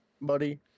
Buddy